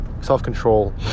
self-control